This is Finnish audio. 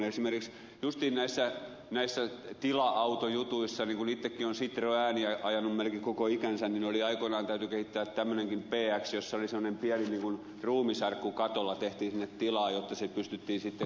esimerkiksi justiin näissä tila autojutuissa niin kuin itsekin olen citroenia ajanut melkein koko ikäni niin aikoinaan täytyi kehittää tämmöinenkin bx jossa oli semmoinen pieni niin kuin ruumisarkku katolla tehtiin sinne tilaa jotta se pystyttiin sitten rekisteröimään